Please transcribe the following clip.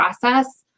process